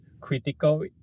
critical